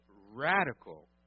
radical